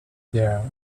there